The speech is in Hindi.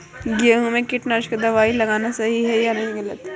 गेहूँ में कीटनाशक दबाई लगाना सही है या गलत?